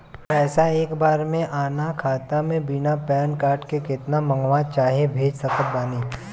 पैसा एक बार मे आना खाता मे बिना पैन कार्ड के केतना मँगवा चाहे भेज सकत बानी?